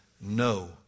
no